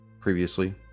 previously